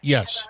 Yes